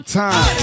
time